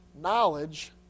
knowledge